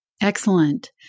Excellent